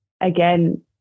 again